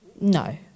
no